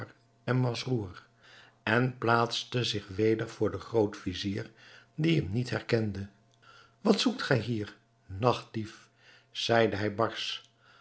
en masrour en plaatste zich weder voor den groot-vizier die hem niet herkende wat zoekt gij hier nachtdief zeide hij barsch